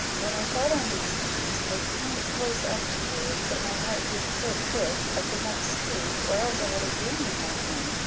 when i thought on these things, i came close up to you but my heart beat so quick, i could not speak, or else i had a guinea in my hand,